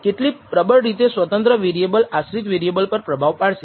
કેટલી પ્રબળ રીતે સ્વતંત્ર વેરિએબલ આશ્રિત વેરિએબલ પર પ્રભાવ પાડશે